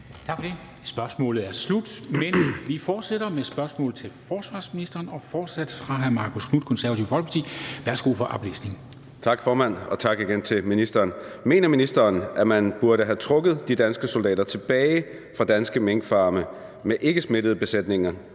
Tak for det. Spørgsmålet er slut. Vi fortsætter med spørgsmål til forsvarsministeren og fortsat fra hr. Marcus Knuth, Det Konservative Folkeparti. Kl. 14:10 Spm. nr. S 578 11) Til forsvarsministeren af: Marcus Knuth (KF): Mener ministeren, at man burde have trukket de danske soldater tilbage fra danske minkfarme med ikkesmittede besætninger